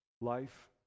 life